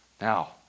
now